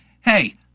hey